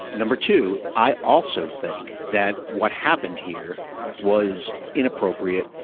number two i also think that what happened here was inappropriate.